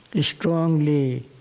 strongly